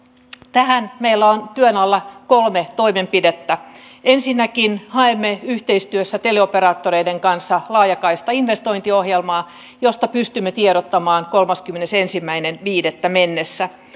tähän meillä on työn alla kolme toimenpidettä ensinnäkin haemme yhteistyössä teleoperaattoreiden kanssa laajakaistainvestointiohjelmaa josta pystymme tiedottamaan kolmaskymmenesensimmäinen viidettä mennessä